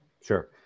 Sure